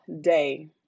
day